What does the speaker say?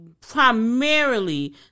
primarily